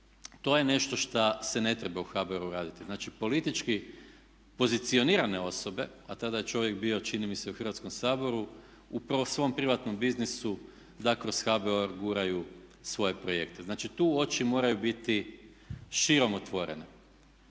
To je nešto šta se ne treba u HBOR-u raditi. Znači politički pozicionirane osobe, a tada je čovjek bio čini mi se u Hrvatskom saboru, upravo u svom privatnom biznisu da kroz HBOR guraju svoje projekte. Znači tu oči moraju biti širom otvorene.